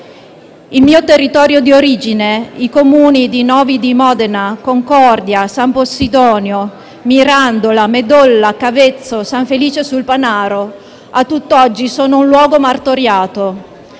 Il mio territorio di origine, i Comuni di Novi di Modena, Concordia sulla Secchia, San Possidonio, Mirandola, Medolla, Cavezzo e San Felice sul Panaro a tutt'oggi sono un luogo martoriato.